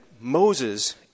Moses